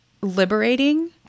liberating